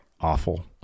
Awful